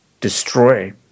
destroy